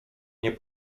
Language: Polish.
nie